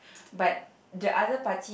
but the other party